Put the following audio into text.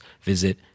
visit